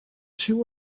two